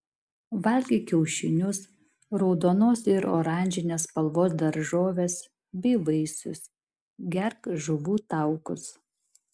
valgyk kiaušinius raudonos ir oranžinės spalvos daržoves bei vaisius gerk žuvų taukus